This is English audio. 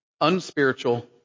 unspiritual